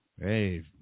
hey